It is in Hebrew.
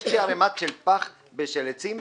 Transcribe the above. יש לי ערימה של פח ושל עצים,